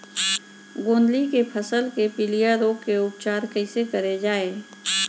गोंदली के फसल के पिलिया रोग के उपचार कइसे करे जाये?